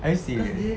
are you serious